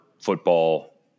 football